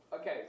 Okay